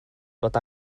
bod